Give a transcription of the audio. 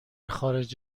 خارج